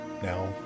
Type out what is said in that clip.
Now